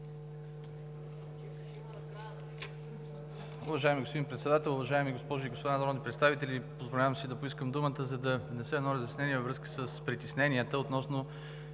Уважаеми господин Председател, уважаеми госпожи и господа народни представители! Позволявам си да поискам думата, за да внеса едно разяснение във връзка с притесненията относно